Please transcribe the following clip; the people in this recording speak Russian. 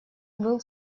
был